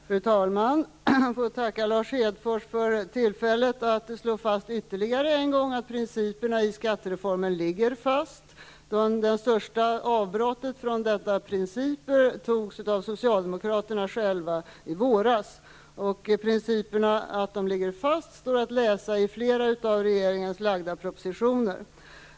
Fru talman! Jag får tacka Lars Hedfors för tillfället att ännu en gång få slå fast att principerna i skattereformen ligger fast. Det största avbrottet från dessa principer gjordes av socialdemokraterna själva i våras. Att principerna ligger fast står att läsa i flera av regeringen framlagda propositioner.